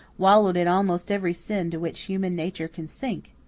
wallowed in almost every sin to which human nature can sink?